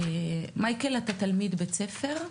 מייקל, אתה תלמיד בית ספר?